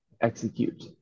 execute